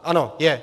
Ano, je.